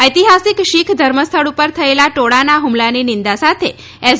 ઐતિહાસિક શીખ ધર્મસ્થળ પર થયેલા ટોળાના હ્મલાની નિંદા સાથે એસ